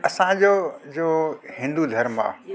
असांजो जो हिंदू धर्म आहे